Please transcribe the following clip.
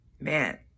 Man